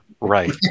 right